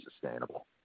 sustainable